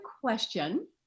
question